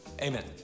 Amen